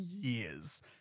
years